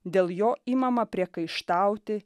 dėl jo imama priekaištauti